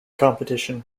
competition